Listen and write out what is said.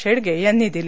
शेडगे यांनी दिली